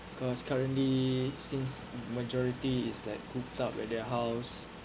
because currently since majority is like cooped up at their house